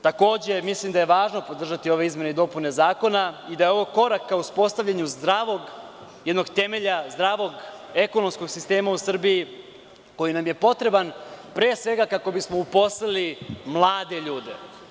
Takođe, mislim da je važno podržati ove izmene i dopune zakona i da je ovo korak ka uspostavljanju zdravog temelja, zdravog ekonomskog sistema u Srbiji koji nam je potreban, pre svega kako bi smo uposlili mlade ljude.